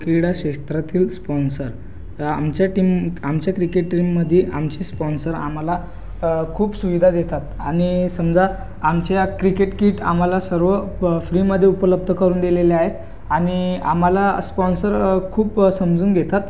क्रीडाक्षेत्रातील sponsor आमच्या team आमच्या cricket टीममध्ये आमचे स्पॉन्सर आम्हाला खूप सुविधा देतात आणि समजा आमच्या क्रिकेट किट आम्हाला सर्व प फ्रीमध्ये उपलब्ध करून दिलेले आहेत आणि आम्हाला स्पॉन्सर खूप समजून घेतात